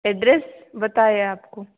address बताए आपको